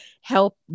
help